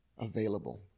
available